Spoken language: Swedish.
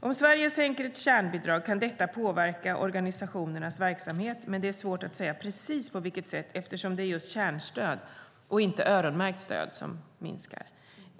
Om Sverige sänker ett kärnbidrag kan detta påverka organisationernas verksamhet, men det är svårt att säga precis på vilket sätt eftersom det är just kärnstöd och inte öronmärkt stöd som minskar.